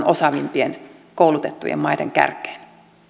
osaavimpien koulutettujen maiden kärkeen